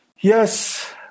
Yes